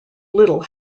little